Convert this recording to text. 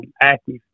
active